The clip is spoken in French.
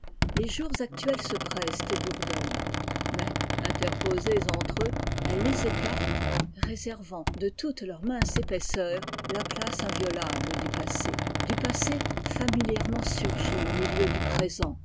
les jours actuels se pressent et bourdonnent mais interposées entre eux elles les écartent réservant de toute leur mince épaisseur ia place invioiat de toute leur mince épaisseur la place inviolable du passé du passé familièrement surgi au milieu du présent